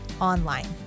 online